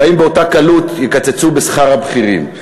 והאם באותה קלות יקצצו בשכר הבכירים?